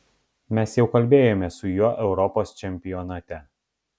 mes jau kalbėjome su juo europos čempionate